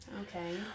okay